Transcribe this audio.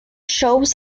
shows